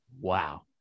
wow